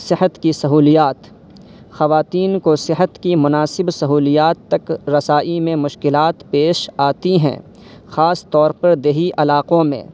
صحت کی سہولیات خواتین کو صحت کی مناسب سہولیات تک رسائی میں مشکلات پیش آتی ہیں خاص طور پر دیہی علاقوں میں